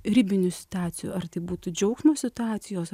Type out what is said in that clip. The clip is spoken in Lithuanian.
ribinių situacijų ar tai būtų džiaugsmo situacijos